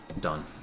Done